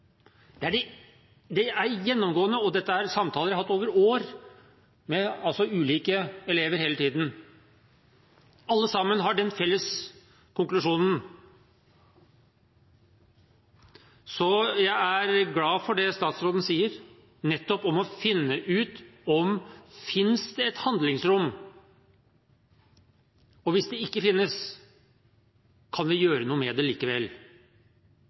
Det er gjennomgående. Dette er samtaler jeg har hatt over år med ulike elever hele tiden, og alle sammen har den felles konklusjonen. Så jeg er glad for det statsråden sier, nettopp om å finne ut: Finnes det et handlingsrom? Og hvis det ikke finnes, kan vi gjøre noe med det likevel?